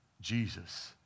Jesus